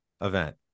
event